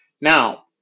Now